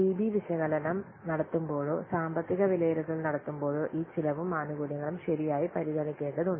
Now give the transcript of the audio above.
C B വിശകലനം നടത്തുമ്പോഴോ സാമ്പത്തിക വിലയിരുത്തൽ നടത്തുമ്പോഴോ ഈ ചെലവും ആനുകൂല്യങ്ങളും ശരിയായി പരിഗണിക്കേണ്ടതുണ്ട്